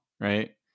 right